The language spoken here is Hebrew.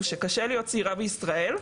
זה שקשה להיות צעירה בישראל,